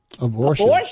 abortion